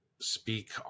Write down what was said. speak